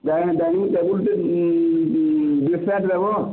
dining table ଦୁଇ pair ଦେବ